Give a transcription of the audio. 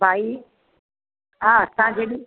भाई हा असां जिन